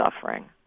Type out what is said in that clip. suffering